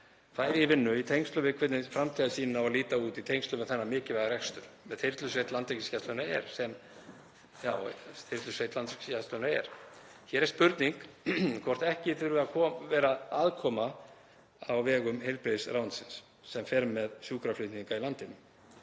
færi í vinnu í tengslum við hvernig framtíðarsýnin á að líta út í tengslum við þennan mikilvæga rekstur sem þyrlusveit Landhelgisgæslunnar er. Hér er spurning hvort ekki þurfi að vera aðkoma á vegum heilbrigðisráðuneytisins sem fer með sjúkraflutninga í landinu.